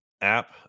app